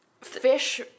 fish